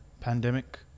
pandemic